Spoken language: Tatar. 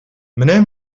менә